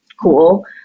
cool